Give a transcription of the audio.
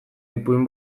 ipuin